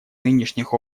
нынешних